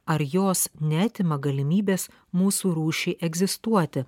ar jos neatima galimybės mūsų rūšiai egzistuoti